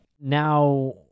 now